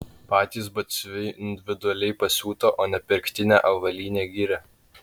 patys batsiuviai individualiai pasiūtą o ne pirktinę avalynę giria